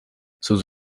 sus